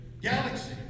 galaxy